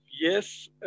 yes